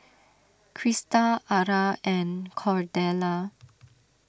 Crysta Ara and Cordella